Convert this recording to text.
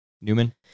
Newman